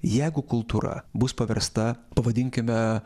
jeigu kultūra bus paversta pavadinkime